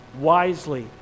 wisely